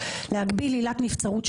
את עילת הנבצרות,